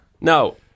No